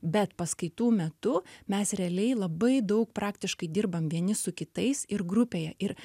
bet paskaitų metu mes realiai labai daug praktiškai dirbam vieni su kitais ir grupėje ir